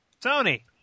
Tony